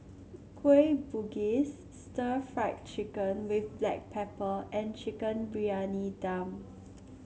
Kueh Bugis Stir Fried Chicken with Black Pepper and Chicken Briyani Dum